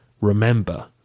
remember